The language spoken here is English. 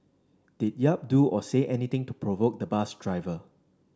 did Yap do or say anything to provoke the bus driver